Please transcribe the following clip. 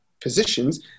positions